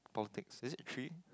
four things is it three